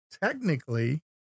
technically